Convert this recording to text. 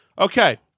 Okay